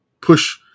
push